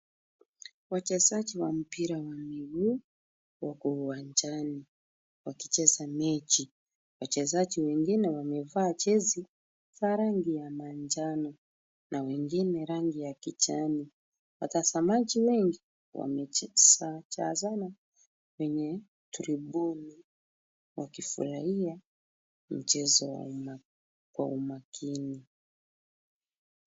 Wachezaji wa mpira wa miguu wako uwanjani wakicheza mechi. Wachezaji wengine wamevaa jezi za rangi ya manjano na wengine rangi ya kijani. Watazamaji wengi wamejazana kwenye turibuli wakifurahia mchezo kwa umakini.